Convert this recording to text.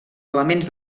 elements